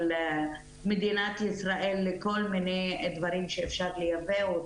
מדינת ישראל לכל מיני דברים שאפשר לייבא,